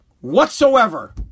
Whatsoever